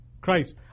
Christ